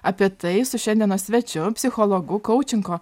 apie tai su šiandienos svečiu psichologu kaučingo